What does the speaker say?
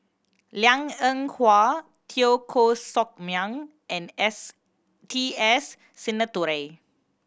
Liang Eng Hwa Teo Koh Sock Miang and S T S Sinnathuray